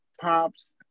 pops